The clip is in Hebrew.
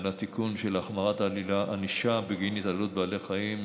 על התיקון של החמרת הענישה בגין התעללות בבעלי חיים,